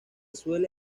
suele